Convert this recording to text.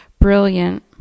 brilliant